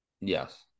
Yes